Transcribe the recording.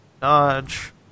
Dodge